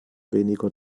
weniger